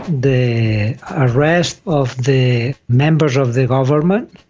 the arrest of the members of the government,